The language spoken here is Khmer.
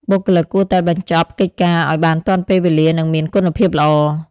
បុគ្គលិកគួរតែបញ្ចប់កិច្ចការងារឲ្យបានទាន់ពេលវេលា និងមានគុណភាពល្អ។